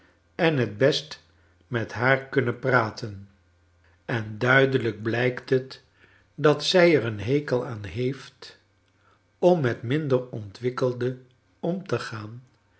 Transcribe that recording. en t best met haar kunnen praten en duidelijk blijkt het dat zij er een hekel aan heeft om met minder ontwikkelden om te gaan